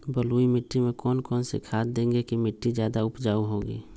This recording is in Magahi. बलुई मिट्टी में कौन कौन से खाद देगें की मिट्टी ज्यादा उपजाऊ होगी?